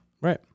right